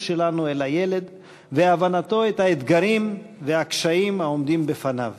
שלנו אל הילד ואת הבנתנו את האתגרים והקשיים העומדים בפניו.